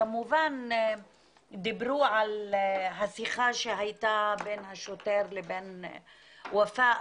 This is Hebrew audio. כמובן דיברנו על השיחה שהייתה בין השוטר לבין ופאא,